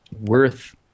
worth